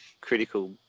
critical